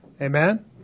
Amen